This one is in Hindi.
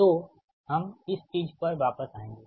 तो हम इस चीज पर वापस आएँगे